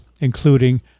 including